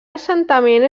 assentament